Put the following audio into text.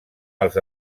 els